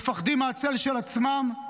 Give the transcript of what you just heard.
מפחדים מהצל של עצמם,